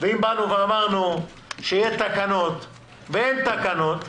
ואם אמרנו שיהיו תקנות ואין תקנות,